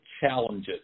challenges